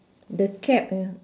the cap uh